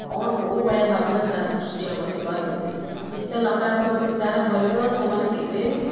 କ'ଣ କେଉଁ ଭଳିଆ ଭାବନା ସୃଷ୍ଟି ହେବ ସେଇ ବହି ପ୍ରତି ନିଶ୍ଚୟ ନକରାତ୍ମକ ଚିନ୍ତାଧାରା ଭରିଜିବ ସେମାନେ କେବେ ବି